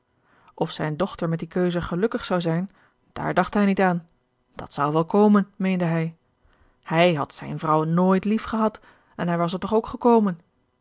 of zijne dochter met die keuze gelukkig zou zijn daar dacht hij niet aan dat zou wel komen george een ongeluksvogel meende hij hij had zijne vrouw nooit lief gehad en hij was er toch ook gekomen